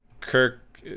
Kirk